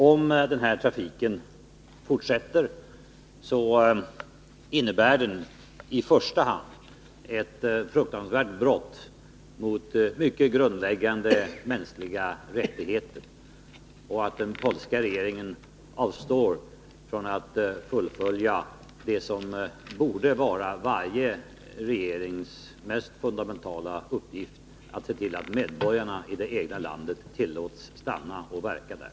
Om denna trafik fortsätter, innebär den i första hand ett fruktansvärt brott mot grundläggande mänskliga rättigheter och att den polska regeringen sviker vad som borde vara varje regerings mest fundamentala uppgift, dvs. att se till att medborgarna i det egna landet tillåts stanna och verka där.